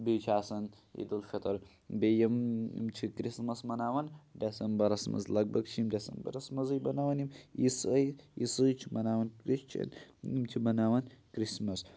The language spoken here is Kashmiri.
بیٚیہِ چھِ آسان عیدالفِطر بیٚیہِ یِم یِم چھِ کِرٛسمَس مَناوان ڈیسَمبَرَس منٛز لگ بگ چھِ یِم ڈیسَمبَرَس منٛزٕے بَناوان یِم عیٖسٲے عیٖسٲے چھِ مَناوان کِرٛسچَن یِم چھِ بَناوان کِرٛسمَس